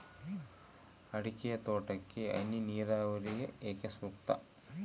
ಅಡಿಕೆ ತೋಟಕ್ಕೆ ಹನಿ ನೇರಾವರಿಯೇ ಏಕೆ ಸೂಕ್ತ?